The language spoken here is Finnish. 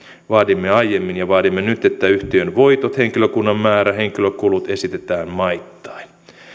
vaadimme aiemmin ja vaadimme nyt että yhtiön voitot henkilökunnan määrä henkilökulut esitetään maittain